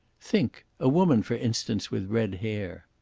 think! a woman, for instance, with red hair.